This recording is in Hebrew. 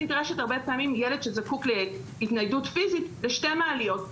הרבה פעמים ילד שזקוק להתניידות בפיזית לשתי מעליות,